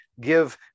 give